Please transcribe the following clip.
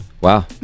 Wow